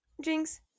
jinx